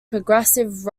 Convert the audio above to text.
progressive